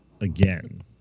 Again